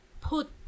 put